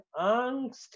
angst